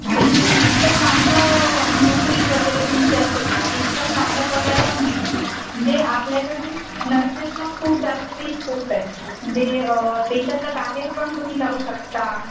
आणि जितकं चांगलं नोकरी वगैरे तुमची असेल ना तितका चांगला पगार पण मिळेल जे आपल्याकडे नर्सेसना खूप जास्ती स्कोप आहे म्हणजे देशाच्या बाहेर पण तुम्ही जाऊ शकता